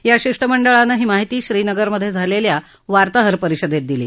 या शिष्टमंडळानं ही माहिती श्रीनगरमधे झालेल्या वार्ताहर परिषदेत दिली